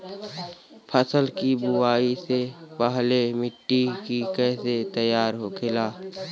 फसल की बुवाई से पहले मिट्टी की कैसे तैयार होखेला?